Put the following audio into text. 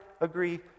agree